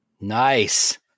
Nice